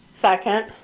second